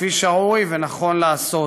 כפי שראוי ונכון לעשות.